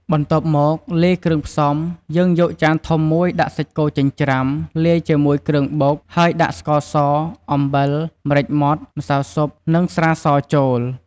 បន្ទាប់មក លាយគ្រឿងផ្សំ យើងយកចានធំមួយដាក់សាច់គោចិញ្ច្រាំ លាយជាមួយគ្រឿងបុកហើយ ដាក់ ស្ករស អំបិល ម្រេចម៉ដ្ឋ ម្សៅស៊ុប និងស្រាស ចូល។